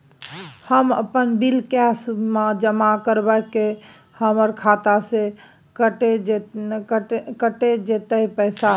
हम अपन bill cash म जमा करबै की हमर खाता स कैट जेतै पैसा?